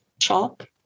chalk